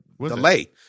delay